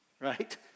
Right